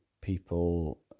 people